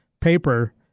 paper